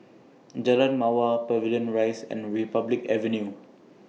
Jalan Mawar Pavilion Rise and Republic Avenue